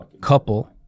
couple